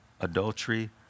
adultery